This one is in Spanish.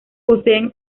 posee